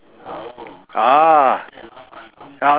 ah